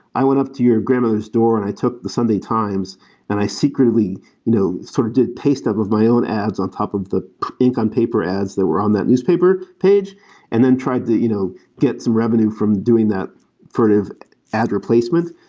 i went up to your grandmother s door and i took the sunday times and i secretively you know sort of did paste off of my own ads on top of the ink on paper ads that were on that newspaper page and then tried to you know get some revenue from doing that fraud of ad replacement,